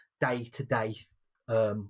day-to-day